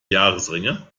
jahresringe